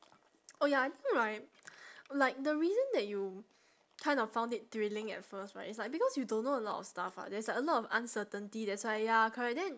oh ya I think right like the reason that you kind of found it thrilling at first right is like because you don't know a lot stuff ah there's like a lot of uncertainty that's why ya correct then